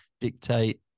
dictate